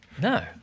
No